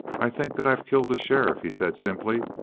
i think that i've killed the sheriff, he said simply.